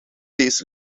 days